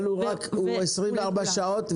אבל הוא 24 שעות,